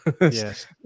yes